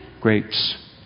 grapes